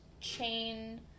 chain